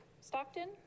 Stockton